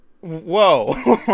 Whoa